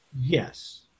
Yes